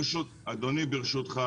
ברשותך,